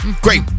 Great